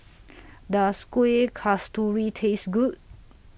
Does Kuih Kasturi Taste Good